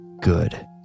Good